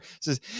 says